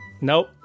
Nope